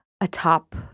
atop